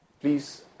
Please